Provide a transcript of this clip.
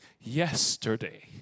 yesterday